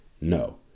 No